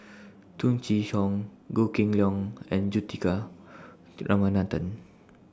Tung Chye Hong Goh Kheng Long and Juthika Ramanathan